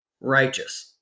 righteous